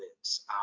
lives